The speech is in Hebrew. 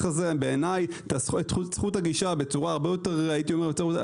הזה את זכות הגישה בצורה הרבה יותר גבוהה.